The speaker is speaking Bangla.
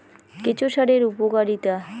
কেঁচো সারের উপকারিতা?